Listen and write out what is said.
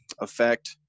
effect